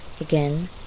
Again